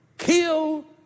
Kill